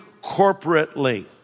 corporately